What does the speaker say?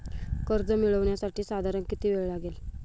कर्ज मिळविण्यासाठी साधारण किती वेळ लागेल?